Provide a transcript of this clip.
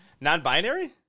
non-binary